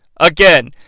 Again